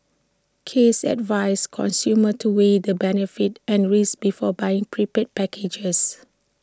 case advised consumers to weigh the benefits and risks before buying prepaid packages